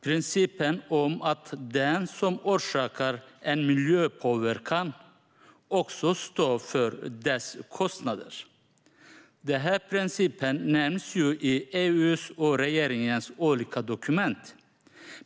Principen om att den som orsakar en miljöpåverkan också står för dess kostnader nämns ju i EU:s och regeringens olika dokument.